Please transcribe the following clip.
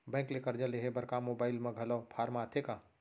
Bank ले करजा लेहे बर का मोबाइल म घलो फार्म आथे का?